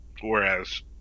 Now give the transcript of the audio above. Whereas